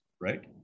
right